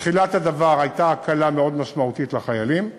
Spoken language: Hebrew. בתחילת הדבר הייתה הקלה מאוד משמעותית לחיילים,